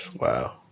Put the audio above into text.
Wow